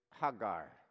Hagar